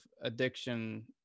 addiction